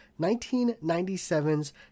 1997's